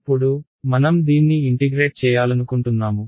ఇప్పుడు మనం దీన్ని ఇంటిగ్రేట్ చేయాలనుకుంటున్నాము